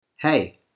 hey